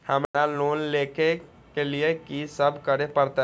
हमरा लोन ले के लिए की सब करे परते?